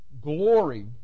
Glory